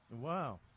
Wow